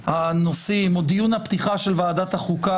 של הנושאים או דיון הפתיחה של ועדת החוקה